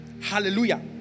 Hallelujah